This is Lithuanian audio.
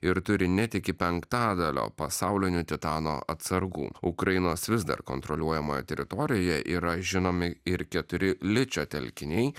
ir turi net iki penktadalio pasaulinių titano atsargų ukrainos vis dar kontroliuojamoje teritorijoje yra žinomi ir keturi ličio telkiniai